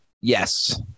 Yes